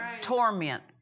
Torment